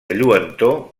lluentor